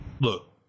Look